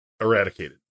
eradicated